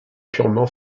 purement